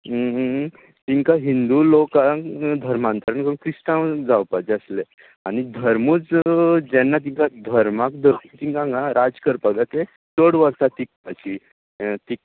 तांकां हिंदू लोकांक धर्मांतरण करून क्रिस्तांव जावपाचे आसले आनी धर्मूच जेन्ना तिका धर्मूच तिका हांगा राज्य चड वर्सा टिकपाची